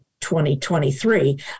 2023